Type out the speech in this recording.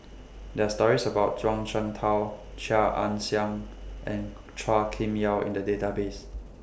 There Are stories about Zhuang Shengtao Chia Ann Siang and Chua Kim Yeow in The Database